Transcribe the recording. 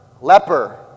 leper